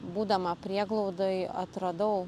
būdama prieglaudoj atradau